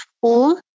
full